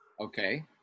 Okay